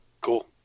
Cool